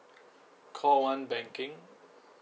call one banking